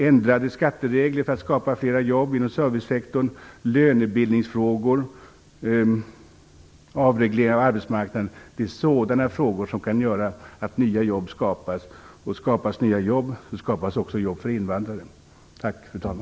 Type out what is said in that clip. Ändrade skatteregler för att skapa flera jobb inom servicesektorn, lönebildningsfrågor och avreglering av arbetsmarknaden är åtgärder som kan skapa nya jobb. Skapas nya jobb, så skapas också jobb för invandarare.